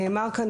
נאמר כאן,